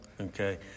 Okay